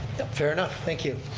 fair enough, thank you.